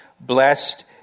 blessed